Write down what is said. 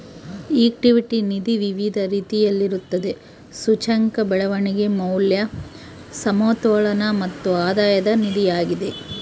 equity ನಿಧಿ ವಿವಿಧ ರೀತಿಯಲ್ಲಿರುತ್ತದೆ, ಸೂಚ್ಯಂಕ, ಬೆಳವಣಿಗೆ, ಮೌಲ್ಯ, ಸಮತೋಲನ ಮತ್ತು ಆಧಾಯದ ನಿಧಿಯಾಗಿದೆ